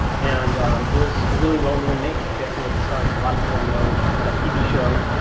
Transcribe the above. and it was really well-known name dancing with the stars. a lot of people know that tv show,